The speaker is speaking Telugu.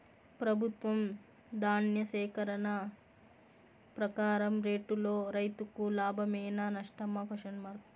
ప్రభుత్వం ధాన్య సేకరణ ప్రకారం రేటులో రైతుకు లాభమేనా నష్టమా?